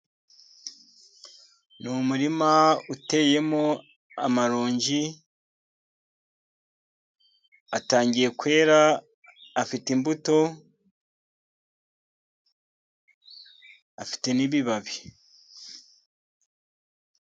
Ni umurima uteyemo amarongi atangiye kwera afite imbuto afite n'ibibabi.